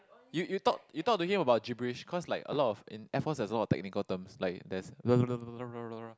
you you talk you talk to him about gibberish cause like a lot of in Air-Force there is a lot of technical terms like there's